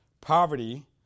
Poverty